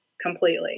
completely